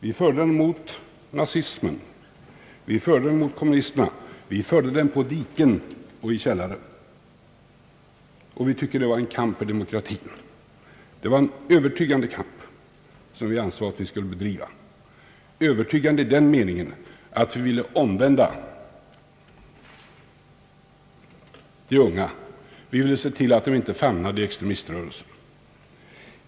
Vi förde den mot nazisterna och mot kommunisterna, på dikesrenar och i källare. Det var en övertygande kamp för demokratin, som vi ansåg att vi skulle bedriva, övertygande i den meningen att vi ville omvända de unga och se till att de inte hamnade i extremiströrelsen.